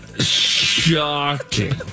Shocking